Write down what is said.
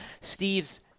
steve's